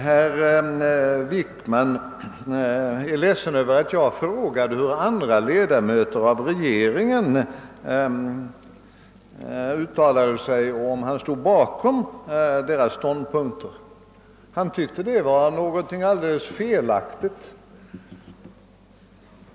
Herr Wickman är ledsen över att jag frågade hur andra ledamöter av regeringen uttalade sig och om han stod bakom deras ståndpunkter. Han tyckte att det var någonting alldeles felaktigt.